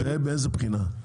מאיזו בחינה?